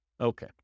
Okay